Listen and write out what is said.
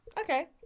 Okay